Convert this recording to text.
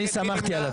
מי נמנע?